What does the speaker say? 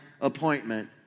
appointment